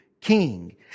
king